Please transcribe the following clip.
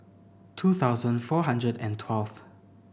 two thousand four hundred and twelve